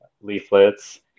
leaflets